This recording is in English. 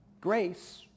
Grace